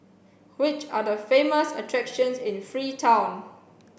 which are the famous attractions in Freetown